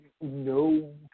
no